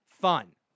fun